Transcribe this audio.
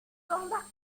sondas